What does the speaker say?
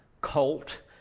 cult